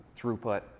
throughput